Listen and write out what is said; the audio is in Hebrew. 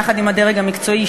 יחד עם הדרג המקצועי,